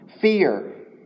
fear